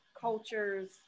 cultures